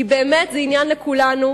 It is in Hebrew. כי באמת זה עניין לכולנו,